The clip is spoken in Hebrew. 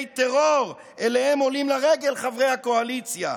טרור שאליהם עולים לרגל חברי הקואליציה.